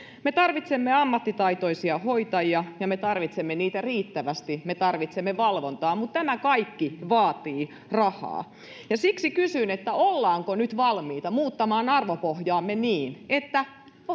me tarvitsemme ammattitaitoisia hoitajia ja me tarvitsemme heitä riittävästi me tarvitsemme valvontaa mutta tämä kaikki vaatii rahaa ja siksi kysyn ollaanko nyt valmiita muuttamaan arvopohjaamme niin että